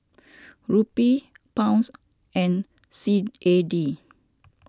Rupee Pounds and C A D